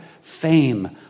fame